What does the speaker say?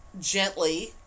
gently